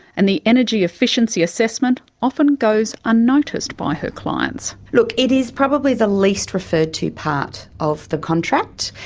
and the energy efficiency assessment often goes unnoticed by her clients. look, it is probably the least referred to part of the contract.